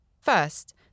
First